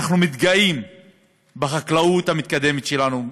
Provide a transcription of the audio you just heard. אנו מתגאים בחקלאות המתקדמת שלנו,